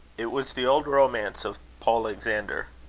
it was the old romance of polexander.